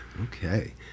Okay